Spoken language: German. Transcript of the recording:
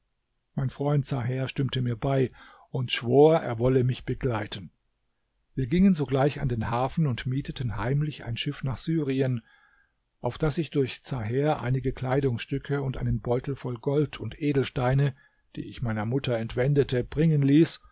mein freund zaher stimmte mir bei und schwor er wolle mich begleiten wir gingen sogleich an den hafen und mieteten heimlich ein schiff nach syrien auf das ich durch zaher einige kleidungsstücke und einen beutel voll gold und edelsteine die ich meiner mutter entwendete bringen ließ